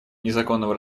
незаконного